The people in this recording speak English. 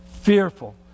fearful